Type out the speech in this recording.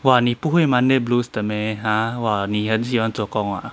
!wah! 你不会 monday blues 的 meh !huh! !wah! 你很喜欢做工 ah